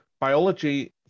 biology